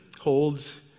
holds